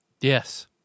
Yes